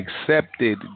accepted